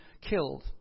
killed